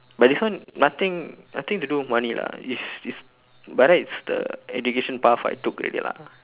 but this one nothing nothing to do with money lah it's it's by right it's the education path I took already lah